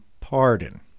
pardon